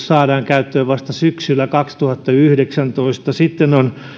saadaan käyttöön vasta syksyllä kaksituhattayhdeksäntoista sitten on